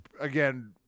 again